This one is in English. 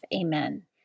Amen